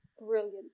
Brilliant